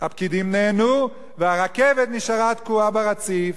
הפקידים נהנו, והרכבת נשארה תקועה ברציף.